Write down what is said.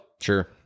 Sure